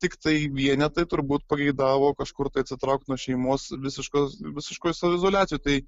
tiktai vienetai turbūt pageidavo kažkur tai atsitraukt nuo šeimos visiškos visiškoj izoliacijoj tai